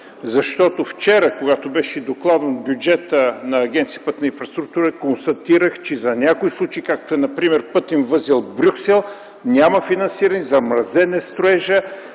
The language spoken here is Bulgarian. Защото вчера, когато беше докладван бюджетът на Агенция „Пътна инфраструктура”, констатирах, че за някои случаи, както е за пътен възел „Брюксел”, няма финансиране, строежът